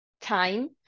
time